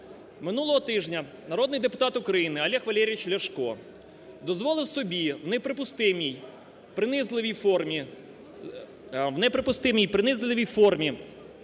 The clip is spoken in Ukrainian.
Минулого тижня народний депутат України Олег Валерійович Ляшко дозволив собі в неприпустимій, принизливій формі…